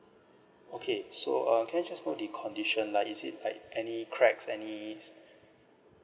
okay so um can I just know the condition like is it like any cracks any